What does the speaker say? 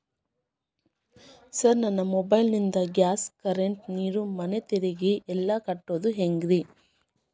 Sir ನನ್ನ mobile ನಿಂದ gas, current, ನೇರು, ಮನೆ ತೆರಿಗೆ ಎಲ್ಲಾ ಕಟ್ಟೋದು ಹೆಂಗ್ರಿ?